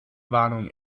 warnung